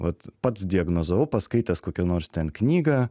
vat pats diagnozavau paskaitęs kokią nors ten knygą